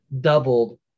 doubled